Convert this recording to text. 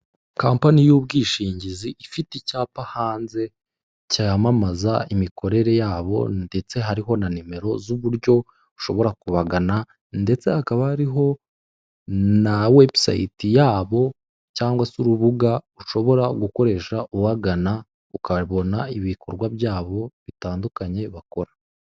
Kampani y'ubwishingizi ifite icyapa hanze cyamamaza imikorere yabo ndetse hariho na nimero z'uburyo ushobora kubagana ndetse hakaba hariho na webusayite yabo cyangwa se urubuga ushobora gukoresha ubagana ukabona ibikorwa byabo bitandukanye bakora.